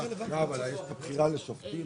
נראה גם מה הדחיפות של ההעברות האלה.